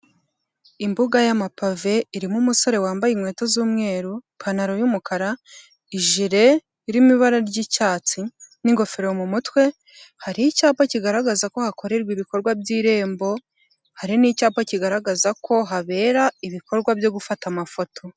Imbuga y'amapave irimo umusore wambaye inkweto z'umweru, ipantaro y'umukara ijire iri mo ibara ry'icyatsi n'ingofero mu mutwe, hari icyapa kigaragaza ko hakorerwa ibikorwa by'irembo, hari n'icyapa kigaragaza ko habera ibikorwa byo gufata amafoto.